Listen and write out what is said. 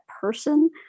person